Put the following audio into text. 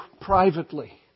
privately